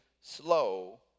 slow